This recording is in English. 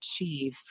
achieve